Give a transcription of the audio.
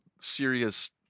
serious